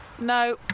No